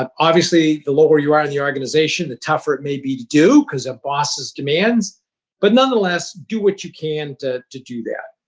um obviously, the lower you are in the organization, the tougher it may be to do because of bosses' demands but, nonetheless, do what you can to to do that.